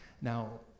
Now